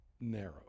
narrow